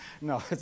No